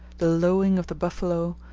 the lowing of the buffalo,